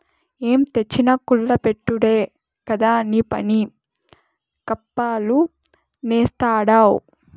ఏం తెచ్చినా కుల్ల బెట్టుడే కదా నీపని, గప్పాలు నేస్తాడావ్